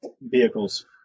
vehicles